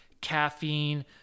caffeine